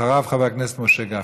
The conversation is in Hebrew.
אחריו, חבר הכנסת משה גפני.